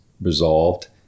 resolved